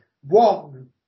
one